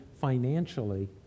financially